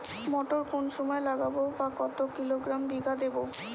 মটর কোন সময় লাগাবো বা কতো কিলোগ্রাম বিঘা দেবো?